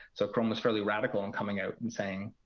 so chrome was fairly radical and coming out and saying